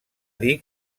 dir